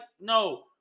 No